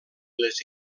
les